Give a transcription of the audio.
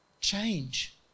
Change